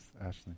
Ashley